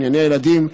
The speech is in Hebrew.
ענייני הילדים,